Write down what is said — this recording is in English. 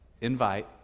invite